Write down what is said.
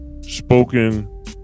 spoken